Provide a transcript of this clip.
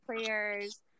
players